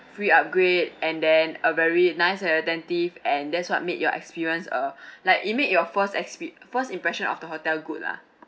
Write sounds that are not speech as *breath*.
free upgrade and then uh very nice and attentive and that's what made your experience uh *breath* like it make your first expe~ uh first impression of the hotel good lah